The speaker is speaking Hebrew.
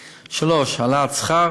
3. העלאת שכר